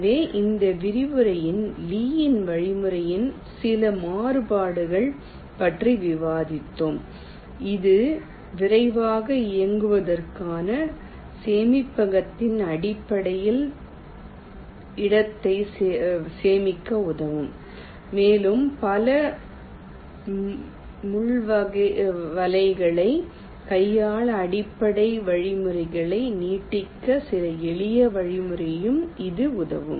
எனவே இந்த விரிவுரையில் லீயின் வழிமுறையின் சில மாறுபாடுகள் பற்றி விவாதித்தோம் இது விரைவாக இயங்குவதற்கான சேமிப்பகத்தின் அடிப்படையில் இடத்தை சேமிக்க உதவும் மேலும் பல முள் வலைகளை கையாள அடிப்படை வழிமுறையை நீட்டிக்க சில எளிய வழிகளையும் இது உதவும்